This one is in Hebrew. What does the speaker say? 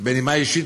בנימה אישית,